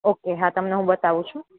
okay હા તમને હું બતાવું છું